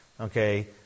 Okay